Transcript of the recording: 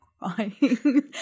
crying